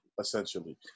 essentially